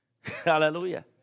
Hallelujah